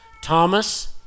Thomas